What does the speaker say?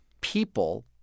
people